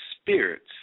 spirits